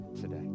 today